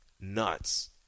nuts